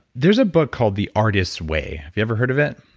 there's a book called the artist's way. have you ever heard of it?